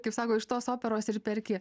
kaip sako iš tos operos ir perki